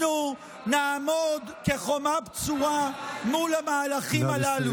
אנחנו נעמוד כחומה בצורה מול המהלכים הללו.